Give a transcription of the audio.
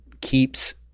keeps